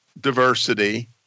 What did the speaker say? diversity